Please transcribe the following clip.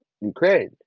Ukraine